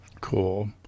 Cool